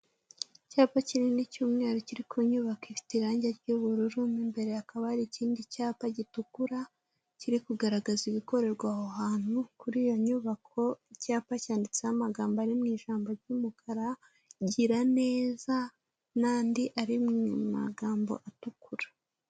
Icyapa kinini cy'umweru kiri ku nyubako ifite irangi ry'ubururu imbere hakaba hari ikindi cyapa gitukura, kiri kugaragaza ibikorerwa aho hantu, kuri iyo nyubako, icyapa cyanditseho amagambo ari mu ijambo ry'umukara, Giraneza n'andi ari mu magambo atukura.